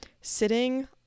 sitting